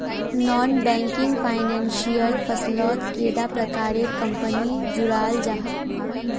Non banking financial फसलोत कैडा प्रकारेर कंपनी जुराल जाहा?